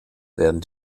werden